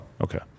Okay